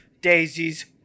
daisies